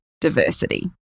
diversity